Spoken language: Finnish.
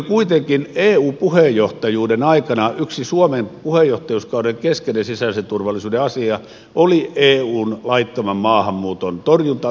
kuitenkin eu puheenjohtajuuden aikana yksi suomen puheenjohtajuuskauden keskeinen sisäisen turvallisuuden asia oli eun laittoman maahanmuuton torjuntayhteistyössä